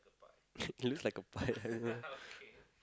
it looks like a pie I don't know